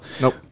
Nope